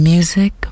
Music